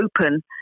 open